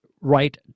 right